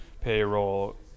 payroll